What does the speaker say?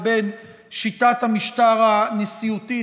ושיטת המשטר הנשיאותית,